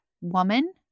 woman